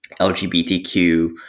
lgbtq